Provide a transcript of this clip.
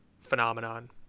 phenomenon